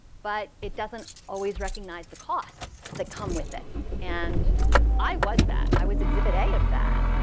but it doesn't always recognize the costs that come with it. and i was that. i was exhibit a of that.